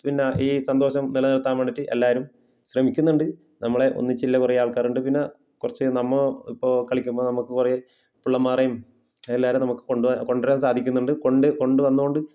പിന്നെ ഈ സന്തോഷം നിലനിർത്താൻ വേണ്ടിയിട്ട് എല്ലാവരും ശ്രമിക്കുന്നുണ്ട് നമ്മളെ ഒന്നിച്ചുള്ള കുറെ ആൾക്കാരുണ്ട് പിന്നെ കുറച്ച് നമ്മോ ഇപ്പോൾ കളിക്കുമ്പോൾ നമുക്ക് കുറെ പിള്ളമ്മാറെയും എല്ലാരെയും നമുക്ക് കൊണ്ടു വരാൻ സാധിക്കുന്നുണ്ട് കൊണ്ട് കൊണ്ട് വന്നത് കൊണ്ട്